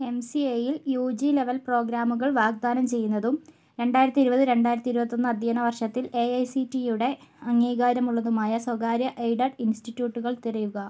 എംസിഎയിൽ U G level പ്രോഗ്രാമുകൾ വാഗ്ദാനം ചെയ്യുന്നതും രണ്ടായിരത്തി ഇരുപത് രണ്ടായിരത്തി ഇരുപത്തൊന്ന് അധ്യയന വർഷത്തിൽ A I C T E യുടെ അംഗീകാരമുള്ളതുമായ സ്വകാര്യ എയ്ഡഡ് ഇൻസ്റ്റിട്യൂട്ടുകൾ തിരയുക